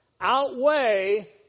outweigh